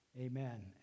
amen